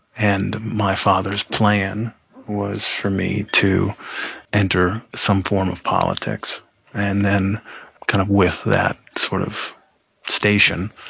and my father's plan was for me to enter some form of politics and then kind of, with that sort of station,